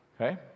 Okay